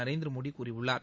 நரேந்திரமோடி கூறியுள்ளார்